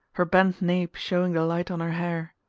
her bent nape showing the light on her hair,